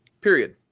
period